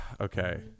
Okay